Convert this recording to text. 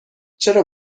چرا